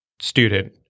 student